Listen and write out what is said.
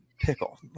pickle